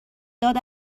داد